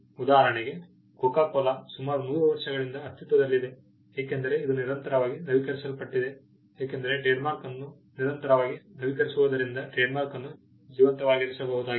ಉದಾಹರಣೆಗೆ Coca Cola ಸುಮಾರು 100 ವರ್ಷಗಳಿಂದ ಅಸ್ತಿತ್ವದಲ್ಲಿದೆ ಏಕೆಂದರೆ ಇದು ನಿರಂತರವಾಗಿ ನವೀಕರಿಸಲ್ಪಟ್ಟಿದೆ ಏಕೆಂದರೆ ಟ್ರೇಡ್ಮಾರ್ಕ್ ಅನ್ನು ನಿರಂತರವಾಗಿ ನವೀಕರಿಸುವದರಿಂದ ಟ್ರೇಡ್ಮಾರ್ಕನ್ನು ಜೀವಂತವಾಗಿರಿಸಬಹುದಾಗಿದೆ